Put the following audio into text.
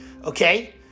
Okay